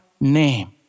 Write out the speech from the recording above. name